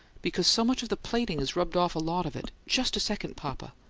because so much of the plating has rubbed off a lot of it. just a second, papa.